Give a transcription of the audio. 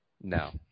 no